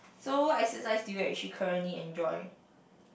so what exercise do you actually currently enjoy